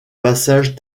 passage